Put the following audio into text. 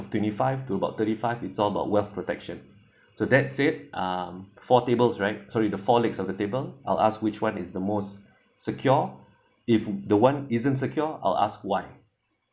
twenty five to about thirty five it's all about wealth protection so that said um four tables right sorry the four legs of the table I'll ask which one is the most secure if the one isn't secure I'll ask why